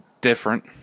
different